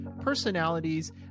personalities